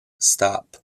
stop